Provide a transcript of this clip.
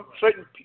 certain